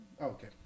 Okay